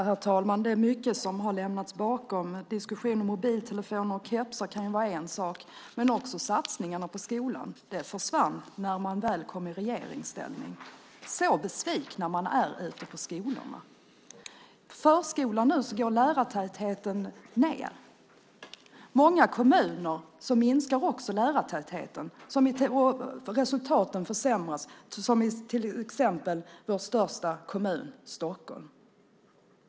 Herr talman! Det är mycket som har lämnats bakom. Diskussionen om mobiltelefoner och kepsar kan vara en sak, men också satsningarna på skolan. De försvann när man väl kom i regeringsställning. Så besviken man är ute på skolorna! På förskolor går nu lärartätheten ned. I många kommuner minskar också lärartätheten och resultaten försämras, till exempel i vår största kommun, Stockholm.